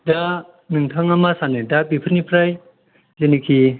दा नोंथाङा मा सानो दा बेफोरनिफ्राय जेनेखि